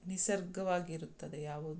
ನಿಸರ್ಗವಾಗಿರುತ್ತದೆ ಯಾವುದು